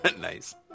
Nice